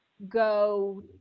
go